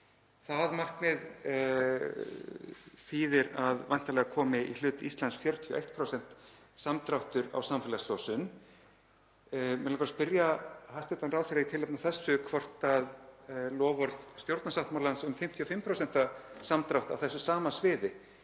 Það markmið þýðir að væntanlega komi í hlut Íslands 41% samdráttur á samfélagslosun. Mig langar að spyrja hæstv. ráðherra í tilefni af þessu hvort loforð stjórnarsáttmálans um 55% samdrátt á þessu sama sviði